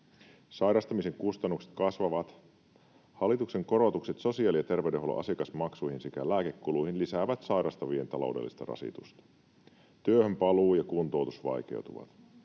Sairastamisen kustannukset kasvavat. Hallituksen korotukset sosiaali- ja terveydenhuollon asiakasmaksuihin sekä lääkekuluihin lisäävät sairastavien taloudellista rasitusta. Työhön paluu ja kuntoutus vaikeutuvat.